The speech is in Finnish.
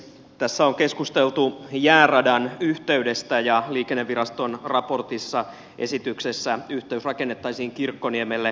tässä on keskusteltu jääradan yhteydestä ja liikenneviraston raportissa esityksessä yhteys rakennettaisiin kirkkoniemelle